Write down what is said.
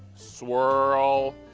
swirl.